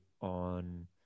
on